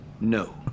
no